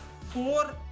four